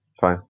fine